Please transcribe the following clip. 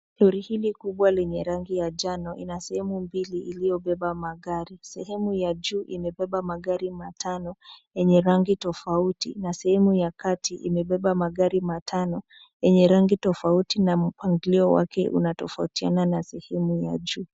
Lori hili kubwa lenye rangi ya njano ina sehemu mbili iliyobeba magari sehemu ya juu imebeba magari matano yenye rangi tofauti na sehemu ya kati imebeba magari matano yenye rangi tofauti na mpangilio wake unatofautiana na sehemu ya juu.